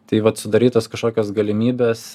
tai vat sudarytos kažkokios galimybės